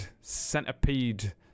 centipede